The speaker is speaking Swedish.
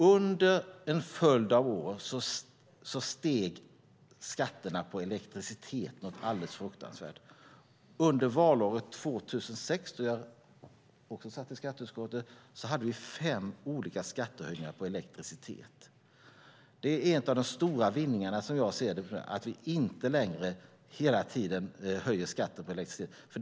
Under en följd av år steg skatterna på elektricitet något alldeles fruktansvärt. Under valåret 2006, då jag också satt i skatteutskottet, hade vi fem olika skattehöjningar på elektricitet. Det är en av de stora vinsterna jag ser, att vi inte längre höjer skatten på elektricitet hela tiden.